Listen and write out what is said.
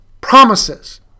promises